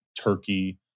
Turkey